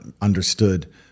understood